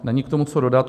Není k tomu co dodat.